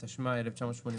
התשמ״ה-1985,